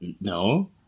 No